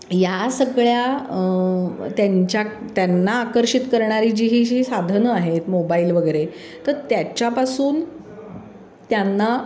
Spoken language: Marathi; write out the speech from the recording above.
या सगळ्या त्यांच्या त्यांना आकर्षित करणारी जी ही जी साधनं आहेत मोबाईल वगैरे तर त्याच्यापासून त्यांना